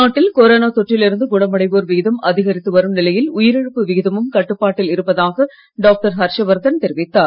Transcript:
நாட்டில் கொரோனா தொற்றில் இருந்து குணமடைவோர் விகிதம் அதிகரித்து வரும் நிலையில் உயிரிழப்பு விகிதமும் கட்டுப்பாட்டில் இருப்பதாக டாக்டர் ஹர்ஷவர்தன் தெரிவித்தார்